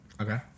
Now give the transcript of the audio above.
Okay